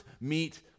meet